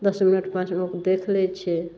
दस मिनट पाँच मिनट देख लै छै